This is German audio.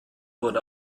wurde